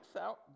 out